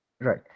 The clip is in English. Right